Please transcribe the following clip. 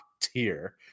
tier